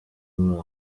muri